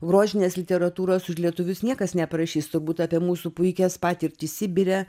grožinės literatūros už lietuvius niekas neparašys turbūt apie mūsų puikias patirtis sibire